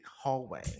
hallway